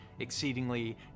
exceedingly